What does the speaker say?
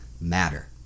matter